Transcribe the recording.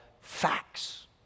facts